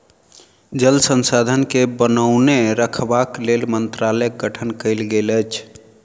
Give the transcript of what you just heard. जल संसाधन के बनौने रखबाक लेल मंत्रालयक गठन कयल गेल अछि